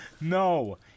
no